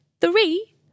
three